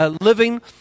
living